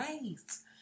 nice